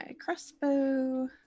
crossbow